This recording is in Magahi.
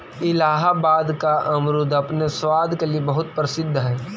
इलाहाबाद का अमरुद अपने स्वाद के लिए बहुत प्रसिद्ध हई